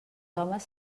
homes